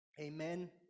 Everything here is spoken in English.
Amen